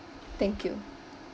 thank you